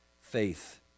faith